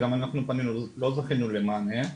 גם אנחנו פנינו ולא זכינו למענה.